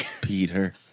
Peter